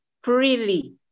freely